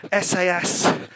SAS